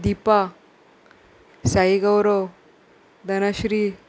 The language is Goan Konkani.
दिपा साई गौरव धनश्री